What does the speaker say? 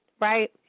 Right